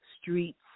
streets